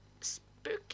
spooky